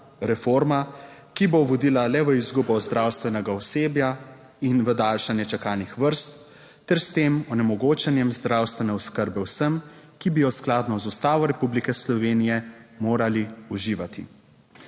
reforma, ki bo vodila le v izgubo zdravstvenega osebja in v daljšanje čakalnih vrst ter s tem v onemogočanje zdravstvene oskrbe vsem, ki bi jo skladno z Ustavo Republike Slovenije morali uživati.